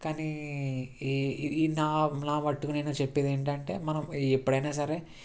కానీ ఈ ఈ నా మట్టుకు నేను చెప్పేది ఏంటి అంటే మనం ఎప్పుడైనా సరే